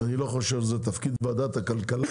אני לא חושב שזה תפקיד ועדת הכלכלה